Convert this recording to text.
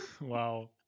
Wow